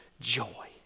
joy